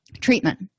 treatment